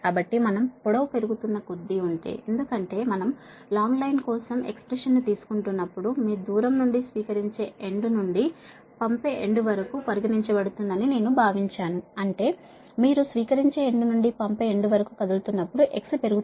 కాబట్టి మనం పొడవు పెరుగుతున్న కొద్దీ ఉంటే ఎందుకంటే మనం లాంగ్ లైన్ కోసం వ్యక్తీకరణ ను తీసుకుంటున్నప్పుడు మీ దూరం నుండి స్వీకరించే ఎండ్ నుండి పంపే ఎండ్ వరకు పరిగణించబడుతుందని నేను భావించాను అంటే మీరు స్వీకరించే ఎండ్ నుండి పంపే ఎండ్ వరకు కదులుతున్నప్పుడు x పెరుగుతోంది